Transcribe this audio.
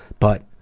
but.